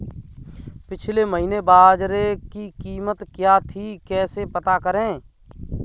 पिछले महीने बाजरे की कीमत क्या थी कैसे पता करें?